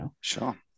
Sure